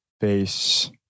face